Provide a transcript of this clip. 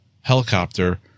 helicopter